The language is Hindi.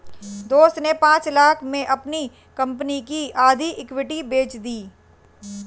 दोस्त ने पांच लाख़ में अपनी कंपनी की आधी इक्विटी बेंच दी